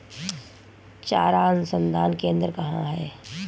चारा अनुसंधान केंद्र कहाँ है?